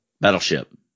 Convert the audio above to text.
Battleship